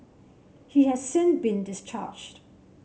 he has since been discharged